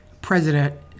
president